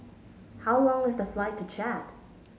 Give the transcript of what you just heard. how long is the flight to Chad